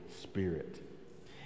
Spirit